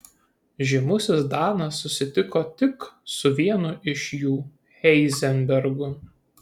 žymusis danas susitiko tik su vienu iš jų heizenbergu